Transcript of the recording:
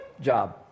job